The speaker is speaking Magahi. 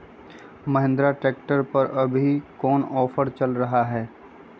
महिंद्रा ट्रैक्टर पर अभी कोन ऑफर चल रहा है?